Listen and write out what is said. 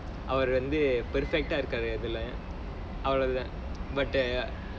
அவர்:avar perfect இருக்காரு அதுல அவளவு தான்:irukkaaru athula avalavuthu thaan but the